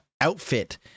outfit